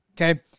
okay